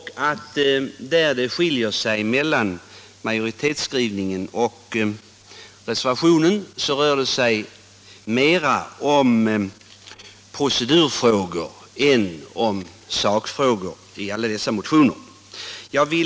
Där det skiljer sig mellan majoritetsskrivningen och reservationen rör det sig mera om procedurfrågor än om sakfrågor i alla dessa motioner.